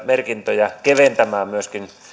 merkintöjä keventämään myöskin